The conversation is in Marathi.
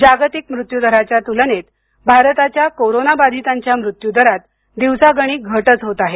जागतिक मृत्यूदराच्या तुलनेत भारताच्या कोरोना बाधितांच्या मृत्यूदरात दिवसागणिक घटच होत आहे